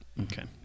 Okay